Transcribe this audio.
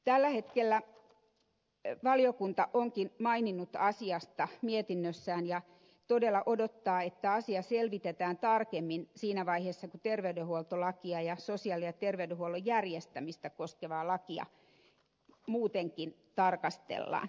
tällä hetkellä valiokunta onkin maininnut asiasta mietinnössään ja todella odottaa että asia selvitetään tarkemmin siinä vaiheessa kun terveydenhuoltolakia ja sosiaali ja terveydenhuollon järjestämistä koskevaa lakia muutenkin tarkastellaan